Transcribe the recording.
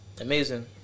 amazing